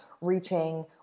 reaching